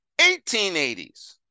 1880s